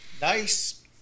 nice